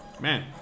Man